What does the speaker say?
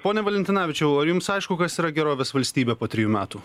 pone valentinavičiau ar jums aišku kas yra gerovės valstybė po trijų metų